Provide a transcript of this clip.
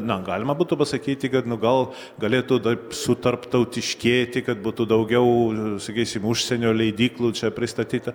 na galima būtų pasakyti kad nu gal galėtų taip sutarptautiškėti kad būtų daugiau sakysim užsienio leidyklų čia pristatyta